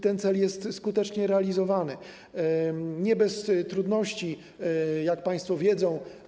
Ten cel jest skutecznie realizowany, choć nie bez trudności, jak państwo wiedzą.